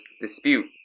dispute